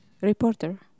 reporter